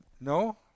No